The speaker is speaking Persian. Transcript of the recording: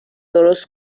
درست